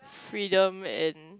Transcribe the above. freedom and